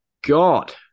God